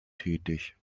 tätig